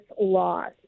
loss